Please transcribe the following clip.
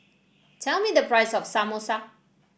tell me the price of Samosa